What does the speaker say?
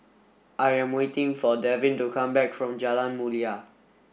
I am waiting for Devin to come back from Jalan Mulia